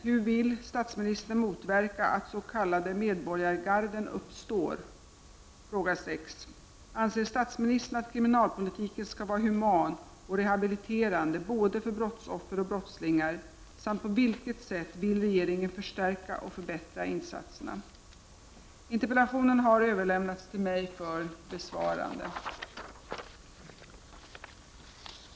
Hur vill statsministern motverka att s.k. medborgargarden uppstår? 6. Anser statsministern att kriminalpolitiken skall vara human och rehabiliterande både för brottsoffer och brottslingar samt på vilket sätt vill regeringen förstärka och förbättra insatserna? Interpellationen har överlämnats till mig för besvarande.